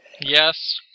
Yes